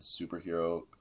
superhero